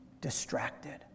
distracted